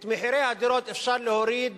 את מחירי הדירות אפשר להוריד